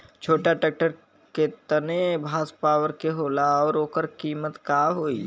छोटा ट्रेक्टर केतने हॉर्सपावर के होला और ओकर कीमत का होई?